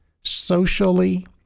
socially